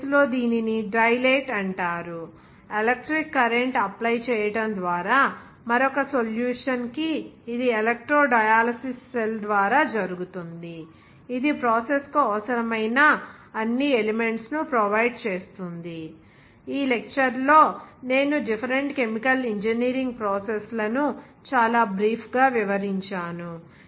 ఆ కేసులో దీనిని డైలేట్ అంటారు ఎలక్ట్రిక్ కరెంటు అప్లై చేయడం ద్వారా మరొక సొల్యూషన్ కి ఇది ఎలక్ట్రో డయాలసిస్ సెల్ ద్వారా జరుగుతుంది ఇది ప్రాసెస్ కు అవసరమైన అన్నీ ఎలెమెంట్స్ ను ప్రొవైడ్ చేస్తుంది ఈ లెక్చర్ లో నేను డిఫరెంట్ కెమికల్ ఇంజనీరింగ్ ప్రాసెస్ లను చాలా బ్రీఫ్ గా వివరించాను